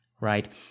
right